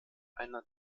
einer